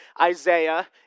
Isaiah